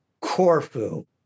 Corfu